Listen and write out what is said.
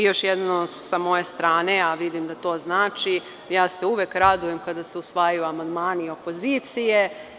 Još jednom sa moje strane, a vidim da to znači, ja se uvek radujem kada se usvajaju amandmani opozicije.